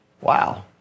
Wow